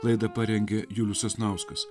laidą parengė julius sasnauskas